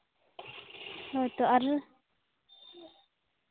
ᱦᱳᱭ ᱛᱚ ᱟᱨ